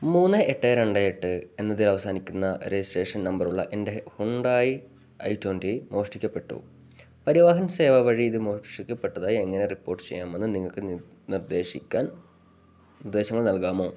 മൂന്ന് എട്ട് രണ്ട് എട്ട് എന്നതിൽ അവസാനിക്കുന്ന രജിസ്ട്രേഷൻ നമ്പറുള്ള എൻ്റെ ഹ്യുണ്ടായി ഐ ട്വൻ്റി മോഷ്ടിക്കപ്പെട്ടു പരിവാഹൻ സേവ വഴി ഇത് മോഷ്ടിക്കപ്പെട്ടതായി എങ്ങനെ റിപ്പോർട്ട് ചെയ്യാമെന്ന് നിങ്ങൾക്ക് നിർദ്ദേശിക്കാൻ നിർദ്ദേശങ്ങൾ നൽകാമോ